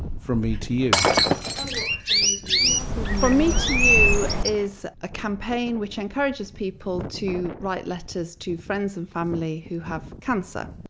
from me to you tell me what from me to you is. from me to you is a campaign which encourages people to write letters to friends and family who have cancer,